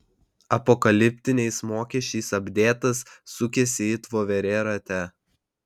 apokaliptiniais mokesčiais apdėtas sukiesi it voverė rate